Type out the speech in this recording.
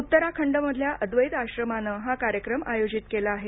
उत्तराखंडमधल्या अद्वैत आश्रमानं हा कार्यक्रम आयोजित केला आहे